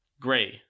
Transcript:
Gray